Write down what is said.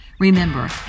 Remember